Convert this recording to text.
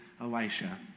Elisha